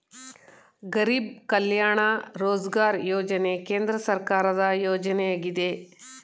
ಗರಿಬ್ ಕಲ್ಯಾಣ ರೋಜ್ಗಾರ್ ಯೋಜನೆ ಕೇಂದ್ರ ಸರ್ಕಾರದ ಯೋಜನೆಯಾಗಿದೆ